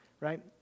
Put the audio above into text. right